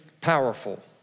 powerful